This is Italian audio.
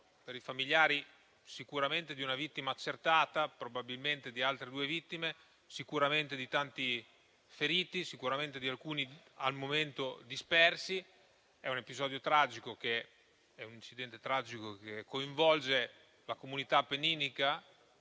per i familiari, sicuramente di una vittima accertata, probabilmente di altre due vittime, sicuramente di tanti feriti e di alcuni - al momento - dispersi. È un incidente tragico che coinvolge la comunità appenninica